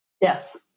Yes